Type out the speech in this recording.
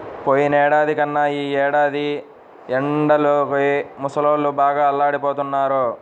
పోయినేడాది కన్నా ఈ ఏడాది ఎండలకి ముసలోళ్ళు బాగా అల్లాడిపోతన్నారు